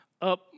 up